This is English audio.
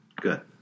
good